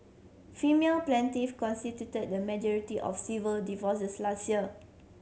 female plaintiff constituted the majority of civil divorces last year